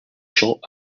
champs